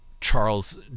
Charles